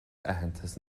aitheantas